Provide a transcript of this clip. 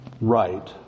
right